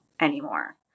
anymore